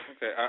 Okay